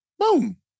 Boom